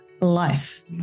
life